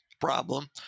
problem